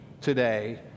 today